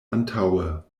antaŭe